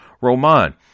Roman